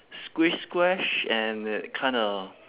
squish squash and it kinda